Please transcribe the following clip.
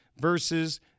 versus